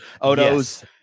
Odo's –